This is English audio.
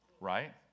Right